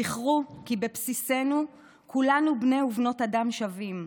זכרו כי בבסיסנו כולנו בני ובנות אדם שווים.